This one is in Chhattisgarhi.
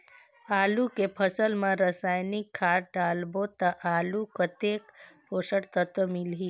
आलू के फसल मा रसायनिक खाद डालबो ता आलू कतेक पोषक तत्व मिलही?